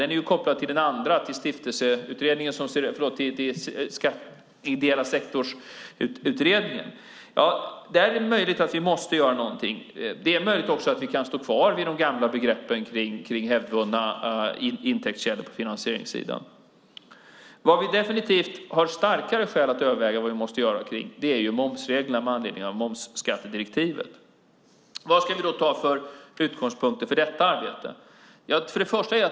Den är kopplad till utredningen om den ideella sektorn. Där är det möjligt att vi måste göra någonting. Det är möjligt också att vi kan stå kvar vid de gamla begreppen kring hävdvunna intäktskällor på finansieringssidan. Där vi definitivt har starkare skäl att överväga vad vi måste göra är kring momsreglerna med anledning av momsskattedirektivet. Vad ska vi ta för utgångspunkter för arbetet?